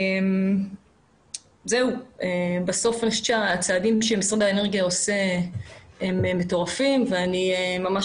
אני חושבת שהצעדים שמשרד האנרגיה עושה הם מטורפים ואני ממש